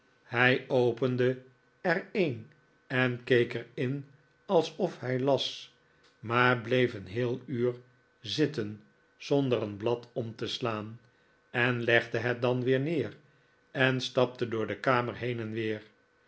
hij opende er een en keek er in alsof hij las maar bleef een heel uur zitten zonder een blad om te slaan en legde het dan weer neer en stapte door de kamer heen en weer